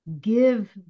give